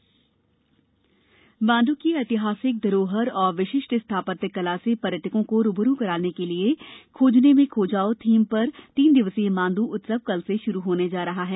मांडू उत्सव माण्ड् की ऐतिहासिक धरोहर और विशिष्ट स्थापत्य कला से पर्यटकों को रूबरू कराने के लिए खोजने में खो जाओ थीम पर तीन दिवसीय माण्ड्र उत्सव कल से श्रू होने जा रहा है